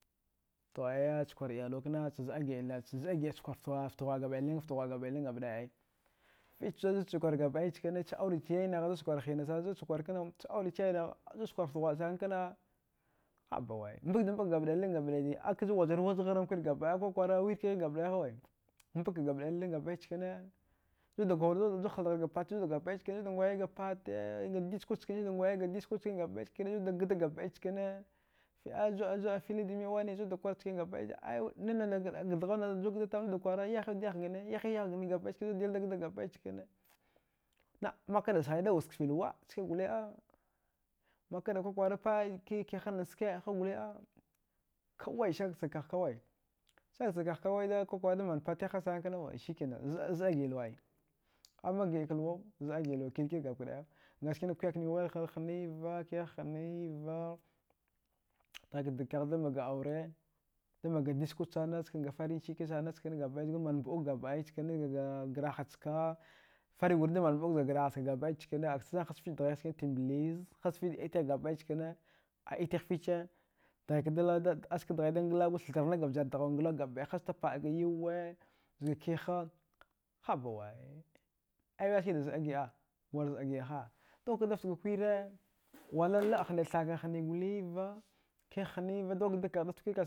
To aya chakwar iyalwa kna chazɗa giɗa la-chazɗa giɗa ftaghwaga bailin-ftaghuaga bailin gabaɗai ai ficha-ficha zudchakwar gabaɗai chkane cha aurech yaynagha zutchakwar hinasankna cha aurech yaynagha zucha kwar ftaghuasana kana habawai mbagda mbag gabai liing gabai ai, akaju wajaru waj gharan kwir gabdaya aka kwakwara wirkghigh gabɗai hawe mbakkda gabɗai liling gabɗai chkine zuddakwara da haldaghardga pati zudgabɗai chkine zuda ngwa. i ga patee zga diskwa chkane gabɗai chkine zda gda gabɗai chkane fili dumin wane zudakwar chkine gabɗai nanada ga dghuna jugda tama dakwara yahiwud yahgane yahiwud yagane gabɗai chkine zud dilda gda gamɗai chkine na nakada sghaida wazkfi lwa ska gole makkada kwakwara ee kiha nachske hagole kawai selkasag kagh kawai selkasag kagh kawaida da kwakwara da man patighha sana kna to sikena zɗa, zɗa giɗa luwa ai amma giɗaka lwaw zɗa giɗa luwa kirkire gaba kɗaya ngasina kuyakni waihagh hniva kiha hniva dghaikadag kaghdamga aure damga diskwa sana gafarin chiki sana chkin gabɗai zgrman mbuɗuk gabɗai chkine zga graha chka farigurda man mbɗuk zga graha chka gabɗai chkine aka chacham hazfich dghai chkine tamblizz hazfichda iytighh gabɗai chkine, a iytigh fiche dghaikada glagwa aska dghaida nglagwa thatarghanga zjar dghau gabɗai hasta paɗga yauwa zga kiha habawai ai wiyah skida zɗa gida mak zɗa giɗaha dghukadafga kwira wala laɗ hnida thakgha hniva kiha hniva dughukadag kagh daft